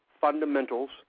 fundamentals